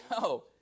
No